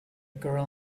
girl